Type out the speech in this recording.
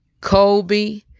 Kobe